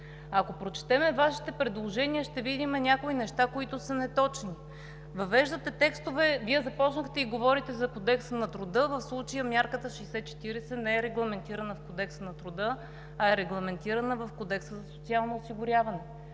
Ако прочетем Вашите предложения, ще видим някои неща, които са неточни. Въвеждате текстове – Вие започнахте и говорите за Кодекса на труда, в случая мярката 60/40 не е регламентирана в Кодекса на труда, а е регламентирана в Кодекса за социално осигуряване.